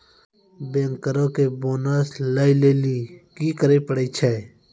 बैंकरो के बोनस लै लेली कि करै पड़ै छै?